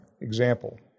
example